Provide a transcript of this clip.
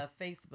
Facebook